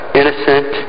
innocent